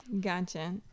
Gotcha